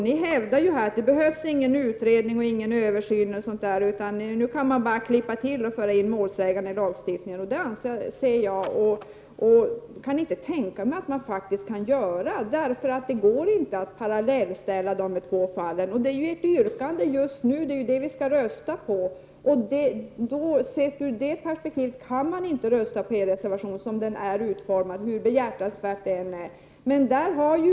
Ni hävdar att det behövs varken en utredning eller en översyn utan att det bara går att klippa till och i lagen införa olika rättigheter för målsäganden. Det går inte att göra en parallellkoppling mellan de två fallen. Inte heller är det möjligt att rösta för er reser vation som den är utformad, hur behjärtansvärd den än är.